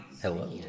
Hello